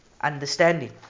understanding